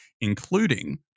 including